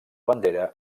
bandera